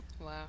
Wow